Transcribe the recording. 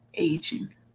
aging